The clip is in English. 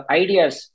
ideas